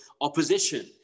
opposition